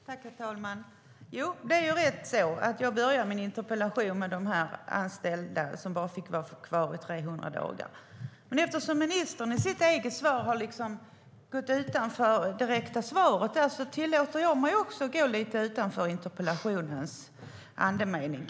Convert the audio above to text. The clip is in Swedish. Herr talman! Det är riktigt att jag i min interpellation nämnde de anställda som bara fick vara kvar i 300 dagar. Men eftersom ministern i sitt andra inlägg gick utanför det direkta svaret tillåter jag mig också att gå lite utanför interpellationens andemening.